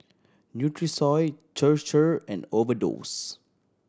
Nutrisoy Chir Chir and Overdose